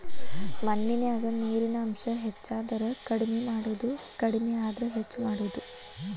ಮಣ್ಣಿನ್ಯಾಗ ನೇರಿನ ಅಂಶ ಹೆಚಾದರ ಕಡಮಿ ಮಾಡುದು ಕಡಮಿ ಆದ್ರ ಹೆಚ್ಚ ಮಾಡುದು